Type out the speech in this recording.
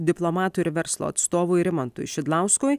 diplomatui ir verslo atstovui rimantui šidlauskui